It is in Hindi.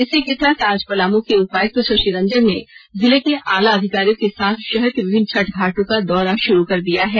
इसी के तहत आज पलामू के उपायुक्त शषि रंजन ने जिले के आला अधिकारियों ने शहर के विभन्न छठ घाटों को दौरा शुरू कर दिया है